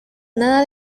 nada